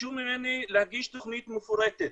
ביקשו ממני להגיש תוכנית מפורטת,